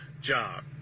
job